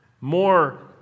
more